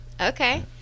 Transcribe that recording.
Okay